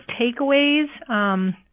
takeaways